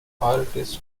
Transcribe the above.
artists